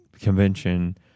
convention